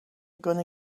gonna